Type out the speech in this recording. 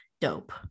dope